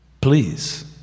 Please